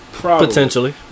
Potentially